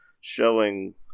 showing